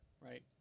right